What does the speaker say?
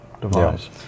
device